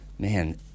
Man